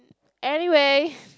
anyway